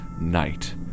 night